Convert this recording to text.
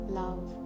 love